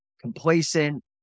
complacent